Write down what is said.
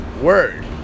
word